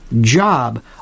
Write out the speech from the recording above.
job